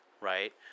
right